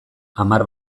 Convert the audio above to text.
hamar